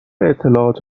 اطلاعات